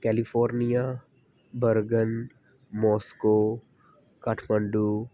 California bergen Moscow Kathmandu